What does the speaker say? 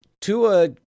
Tua